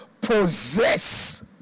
possess